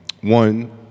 one